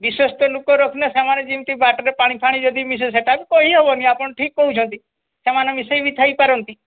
ବିଶ୍ୱସ୍ତ ଲୋକ ରଖିଲେ ସେମାନେ ଯେମିତି ବାଟରେ ପାଣିଫାଣି ଯଦି ମିଶେଇ ସେଇଟା ବି କହି ହେବନି ଆପଣ ଠିକ୍ କହୁଛନ୍ତି ସେମାନେ ମିଶେଇ ବି ଥାଇପାରନ୍ତି